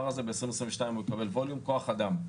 ב-2022 זה יקבל ווליום של כוח אדם.